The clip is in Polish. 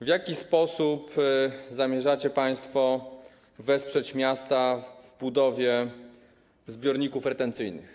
W jaki sposób zamierzacie państwo wesprzeć miasta w budowie zbiorników retencyjnych?